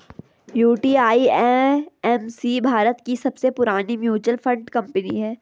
UTI AMC Bharat की सबसे पुरानी म्यूचुअल फंड कंपनी है